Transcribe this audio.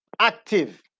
active